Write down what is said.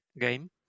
game